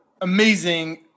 amazing